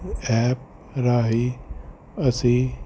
app ਰਾਹੀਂ ਅਸੀਂ